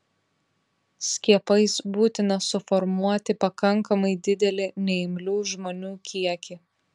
skiepais būtina suformuoti pakankamai didelį neimlių žmonių kiekį